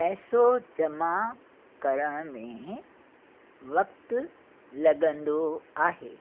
पैसो जमा करण में वक़्तु लॻंदो आहे